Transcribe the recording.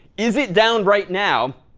is it down right now?